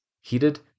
heated